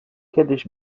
kiedyś